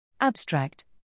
Abstract